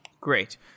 Great